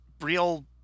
real